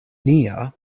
nia